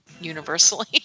universally